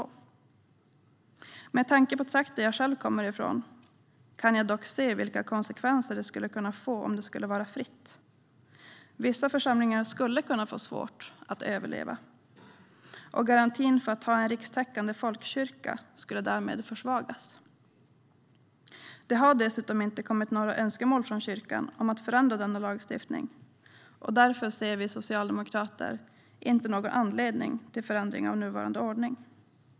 Men med tanke på den trakt jag själv kommer från kan jag dock se vilka konsekvenser det kan få om medlemskapet skulle vara fritt. Vissa församlingar skulle få svårt att överleva. Garantin för att ha en rikstäckande folkkyrka skulle därmed försvagas. Det har dessutom inte kommit några önskemål från kyrkan om att förändra lagstiftningen. Därför ser vi socialdemokrater inte någon anledning till förändring av nuvarande ordning.